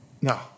No